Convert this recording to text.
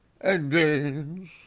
Endings